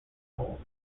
hole